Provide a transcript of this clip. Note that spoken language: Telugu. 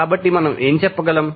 కాబట్టి మనం ఏమి చెప్పగలం